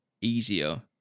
easier